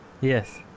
Yes